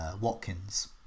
Watkins